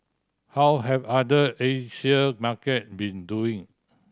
how have other Asian market been doing